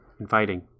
inviting